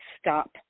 stop